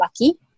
lucky